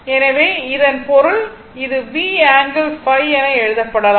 எனவே இதன் பொருள் இது V ஆங்கிள் ϕ என எழுதப்படலாம்